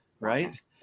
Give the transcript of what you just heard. right